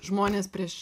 žmonės prieš